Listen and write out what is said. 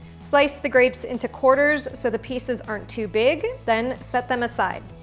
slice the grapes into quarters so the pieces aren't too big, then set them aside.